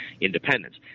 independence